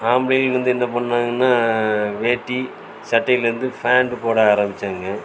ஆம்பிளையில் வந்து என்ன பண்ணாங்கன்னா வேட்டி சட்டையிலேருந்து பாண்ட்டு போட ஆரம்பிச்சாங்க